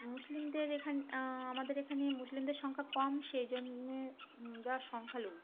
মুসলিমদের এখানে আমাদের এখানে মুসলিমদের সংখ্যা কম সেই জন্যে ওরা সংখ্যালঘু